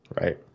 Right